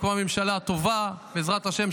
הוקמה ממשלה טובה בעזרת השם,